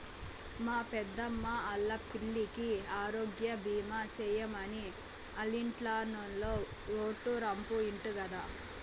మా పెద్దమ్మా ఆల్లా పిల్లికి ఆరోగ్యబీమా సేయమని ఆల్లింటాయినో ఓటే రంపు ఇంటి గదా